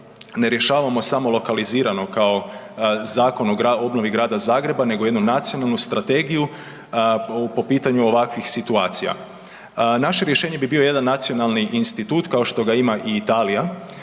ne rješavamo samo lokalizirano kao Zakon o obnovi Grada Zagreba nego jednu nacionalnu strategiju po pitanju ovakvih situacija. Naše rješenje bi bio jedan nacionalni institut kao šta ima Italija